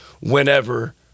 whenever